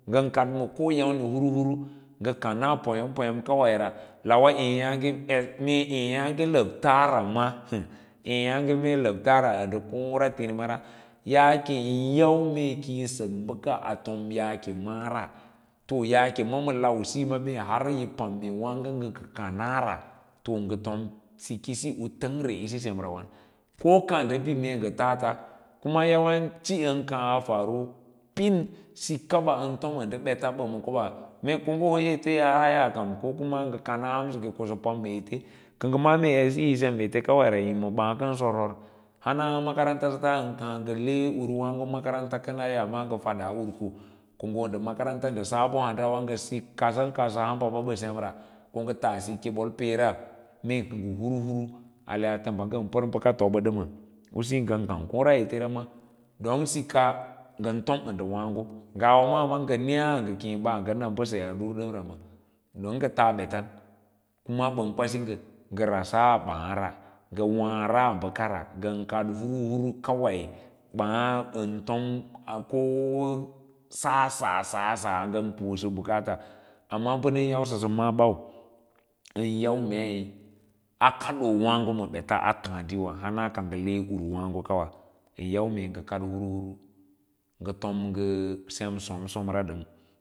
Ngan ka ma koyamma hurhur kama poyam poyaura pa yaagie mee eyaage labta ra mee eyaage labtare nda koora tinimara yaake yin yau mee keiyi sak baks pa a tom yaake ma’ara ma paake ma lausiyo mee har yi am ma waago nga kanara ka nga tom sikisi u langar si semra wa koka nda bi mee nga tastas yawanci are kas faru pin sikkaba an tom nda bets ban kobaaba mee ko nga hoo ete kanso yaa haya ko kuma nga kana hansa ae ko nga pare ma eten ka nga ma’a mee kuma edsyi se mete kawai ray i ma bai kan sorsor hans makarants sats ngan kaa nga le wurwaago makaranta kan ai amma nga lasa wuko nga hoo nda makavanta nda sabo handara baa sa kadsas hanba semra nga tas sik ke boi peera mee hurhur ale a tamba ngan pai baka tabbi dam usiyo nga kang koora etera ma don sika don sika nganton ma don sika don sika nga n ton nda waago ngawa maa ma nga keeya ng akee ba ng ana basayaa durduamra ma don nga taa betan kuma ban kwasi nga nga rasa baa ran ga waara nakara ngan kad hurhur kawai baa ngan tom a koo asa sa ngan pusa bukars amma ba nan yausa sa maa bau an au mee a kadoo wango ma bets a taadira hura ka nga he hurwaag kawa an yau mee nga kad hur hur nga tom nga sem somson ra hur